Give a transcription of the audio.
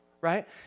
right